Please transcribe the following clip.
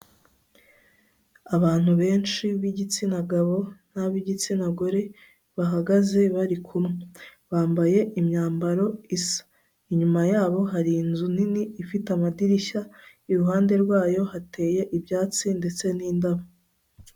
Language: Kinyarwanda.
Abantu benshi b'igitsina gabo n'abigitsina gore bahagaze bari kumwe, bambaye imyambaro isa. Inyuma yabo hari inzu nini ifite amadirishya, iruhande rwayo hateye ibyatsi ndetse n'indabo.